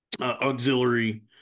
auxiliary